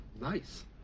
nice